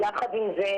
יחד עם זה,